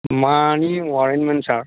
मानि वारेन्ट मोन सार